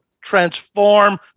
transform